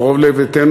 קרוב לביתנו,